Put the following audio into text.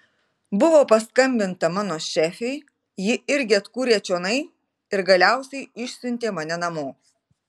buvo paskambinta mano šefei ji irgi atkūrė čionai ir galiausiai išsiuntė mane namo